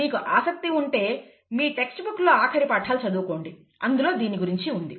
మీకు ఆసక్తి ఉంటే మీ టెక్స్ట్ బుక్ లో ఆఖరి పాఠాలు చదువుకోండి అందులో దీని గురించి ఉంది